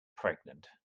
pregnant